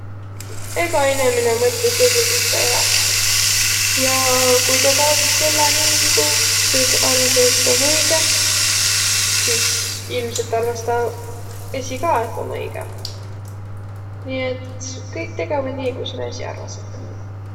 Egä inemine mõtlõs esiq, kuis tä eläs, ja kui tä kavatsõs elläq nii, nigu tõõsõq arvasõq, et om õige, sis ilmselt arvas tä esiq ka, et tuu om õigõ. Nii et kõik tegeväq nii, nigu nä esiq arvasõq, et om õigõ.